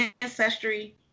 Ancestry